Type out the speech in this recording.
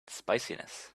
spiciness